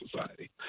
society